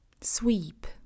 Sweep